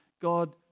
God